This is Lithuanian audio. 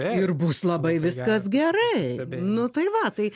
ir bus labai viskas gerai nu tai va tai